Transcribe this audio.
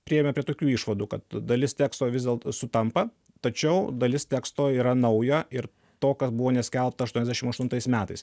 priėjome prie tokių išvadų kad dalis teksto vis dėlt sutampa tačiau dalis teksto yra nauja ir to kas buvo neskelbta aštuoniasdešim aštuntais metais